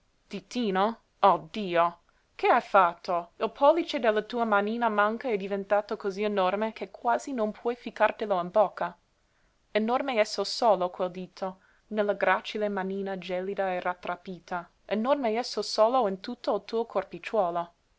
ditino oh dio che hai fatto il pollice della tua manina manca è diventato cosí enorme che quasi non puoi piú ficcartelo in bocca enorme esso solo quel dito nella gracile manina gelida e rattrappita enorme esso solo in tutto il tuo corpicciuolo